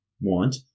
want